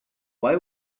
why